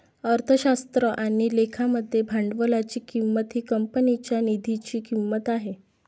अर्थशास्त्र आणि लेखा मध्ये भांडवलाची किंमत ही कंपनीच्या निधीची किंमत आहे